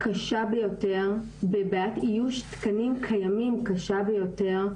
קשה ביותר, בבעיית איוש תקנים קיימים קשה ביותר.